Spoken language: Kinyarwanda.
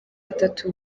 atatu